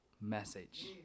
message